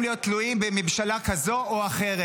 להיות תלויים בממשלה כזאת או אחרת.